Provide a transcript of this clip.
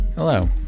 Hello